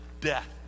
death